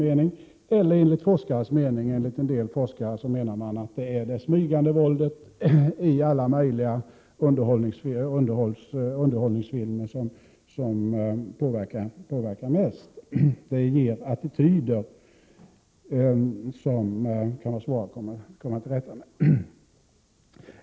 En del forskare menar att det smygande våldet i alla möjliga underhållningsfilmer är det som påverkar mest. Det ger attityder som kan vara svåra att komma till rätta med.